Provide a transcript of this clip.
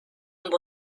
amb